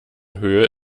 höhe